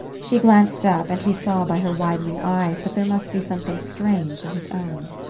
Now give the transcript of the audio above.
she glanced up, and he saw by her widening eyes that there must be something strange in his own.